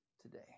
today